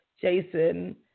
Jason